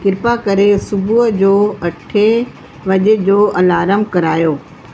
कृपा करे सुबुह जो अठे वजे जो अलार्म करायो